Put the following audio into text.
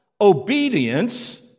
obedience